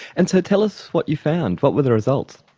and so tell us what you found. what were the results?